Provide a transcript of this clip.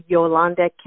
Yolanda